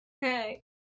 hey